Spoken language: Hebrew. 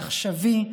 עכשווי,